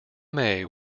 may